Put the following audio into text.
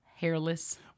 hairless